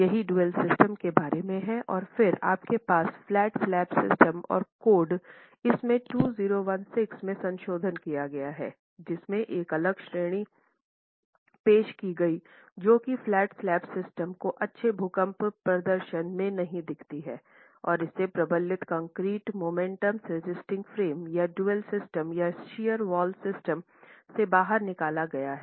यही dual system के बारे में है और फिर आपके पास फ्लैट स्लैब सिस्टम और कोड इसमें 2016 में संशोधन किया गया हैजिसमें एक अलग श्रेणी पेश की गई जो कि फ्लैट स्लैब सिस्टम को अच्छे भूकंप प्रदर्शन में नहीं दिखाती है और इसे प्रबलित कंक्रीट मोमेंट रेसिस्टिंग फ्रेम्स या ड्यूल सिस्टमया शियर वॉल सिस्टम से बाहर निकला गया हैं